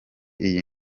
iyi